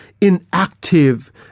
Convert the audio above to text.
inactive